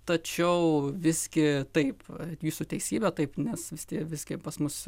tačiau visgi taip jūsų teisybė taip nes vis tie visgi pas mus